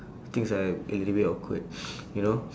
things are a little bit awkward you know